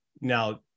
Now